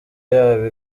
yabo